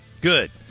Good